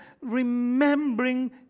remembering